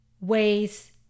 ways